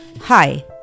Hi